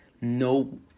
no